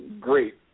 great